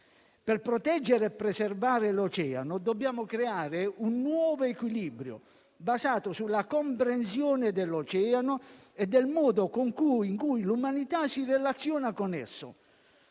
Per proteggere e preservare l'oceano dobbiamo creare un nuovo equilibrio, basato sulla comprensione dell'oceano e del modo in cui l'umanità si relaziona con esso.